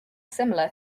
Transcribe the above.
similar